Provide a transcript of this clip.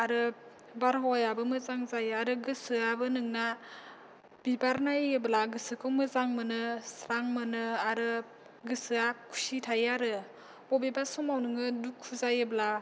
आरो बारहावायाबो मोजां जायो आरो गोसोआबो नोंना बिबार नायोब्ला गोसोखौ मोजां मोनो स्रां मोनो आरो गोसोआ खुसि थायो आरो बबेबा समाव नोङो दुखु जायोब्ला